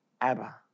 Abba